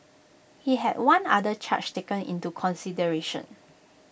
he had one other charge taken into consideration